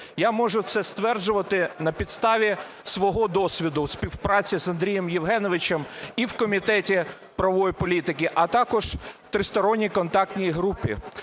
Я можу це стверджувати на підставі свого досвіду співпраці з Андрієм Євгеновичем і в Комітеті правової політики, а також в Тристоронній контактній групі.